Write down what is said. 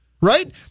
right